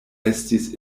estis